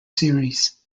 series